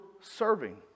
serving